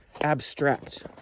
abstract